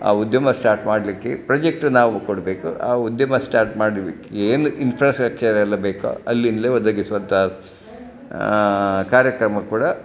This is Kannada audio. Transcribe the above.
ಆ ಉದ್ಯಮ ಸ್ಟಾರ್ಟ್ ಮಾಡಲಿಕ್ಕೆ ಪ್ರೊಜೆಕ್ಟ್ ನಾವು ಕೊಡಬೇಕು ಆ ಉದ್ಯಮ ಸ್ಟಾರ್ಟ್ ಮಾಡೋದಕ್ಕೆ ಏನು ಇಂಫ್ರಾಸ್ಟ್ರಕ್ಚರ್ ಎಲ್ಲ ಬೇಕೊ ಅಲ್ಲಿಂದಲೇ ಒದಗಿಸುವಂಥ ಕಾರ್ಯಕ್ರಮ ಕೂಡ